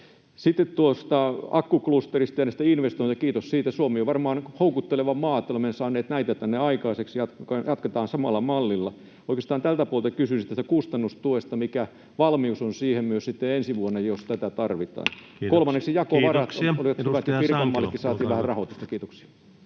Sitten tuosta akkuklusterista ja näistä investoinneista — kiitos siitä, Suomi on varmaan houkutteleva maa, kun olemme saaneet näitä tänne aikaiseksi, jatketaan samalla mallilla. Oikeastaan tältä puolelta kysyisin tästä kustannustuesta. Mikä valmius on siihen myös sitten ensi vuonna, jos tätä tarvitaan? [Puhemies: Kiitoksia!] Kolmanneksi